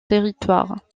territoire